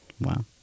Wow